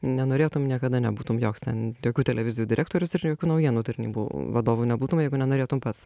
nenorėtum niekada nebūtum joks ten jokių televizijų direktorius ir jokių naujienų tarnybų vadovu nebūtum jeigu nenorėtum pats